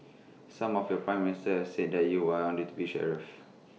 some of your Prime Ministers said that you are deputy sheriff